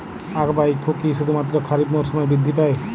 আখ বা ইক্ষু কি শুধুমাত্র খারিফ মরসুমেই বৃদ্ধি পায়?